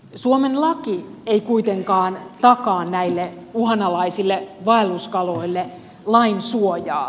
suomen laki ei kuitenkaan takaa näille uhanalaisille vaelluskaloille lain suojaa